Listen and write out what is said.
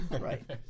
Right